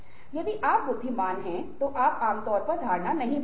यदि आप बुद्धिमान हैं तो आप आमतौर पर धारणा नहीं बदलते हैं